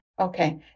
Okay